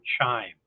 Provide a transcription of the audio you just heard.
chime